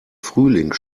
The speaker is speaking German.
frühling